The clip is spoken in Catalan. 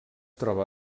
troba